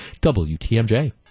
WTMJ